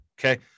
Okay